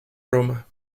aroma